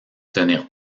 tenir